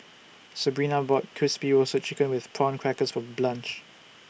Sebrina bought Crispy Roasted Chicken with Prawn Crackers For Blanch